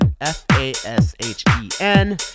F-A-S-H-E-N